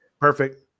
Perfect